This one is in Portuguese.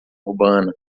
urbana